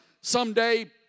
someday